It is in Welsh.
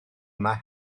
yma